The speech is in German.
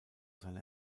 seine